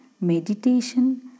meditation